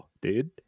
dude